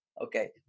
Okay